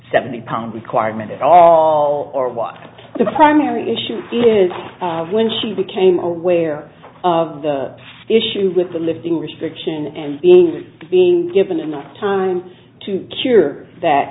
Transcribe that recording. seventy pound requirement at all or what the primary issue is when she became aware of the issue with the lifting restriction and is being given enough time to cure that